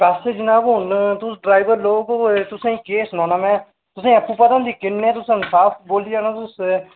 पैसे जनाब हून तुस ड्राईवर लोक ओ तुसे ईं केह् सनाना में तुसे ईं आपूं पता होंदी किन्ने तुस साफ बोल्ली जाना तुसें